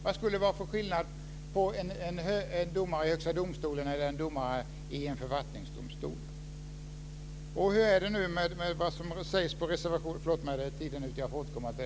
Vad skulle det vara för skillnad på en domare i Högsta domstolen och en domare i en förvaltningsdomstol?